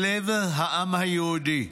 היא לב העם היהודי,